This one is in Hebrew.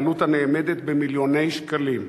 בעלות הנאמדת במיליוני שקלים.